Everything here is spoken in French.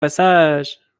passage